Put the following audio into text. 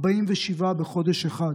47 בחודש אחד.